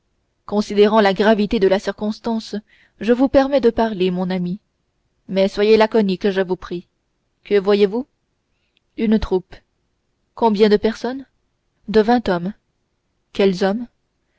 considérant la gravité de la circonstance je vous permets de parler mon ami mais soyez laconique je vous prie que voyez-vous une troupe de combien de personnes de vingt hommes quels hommes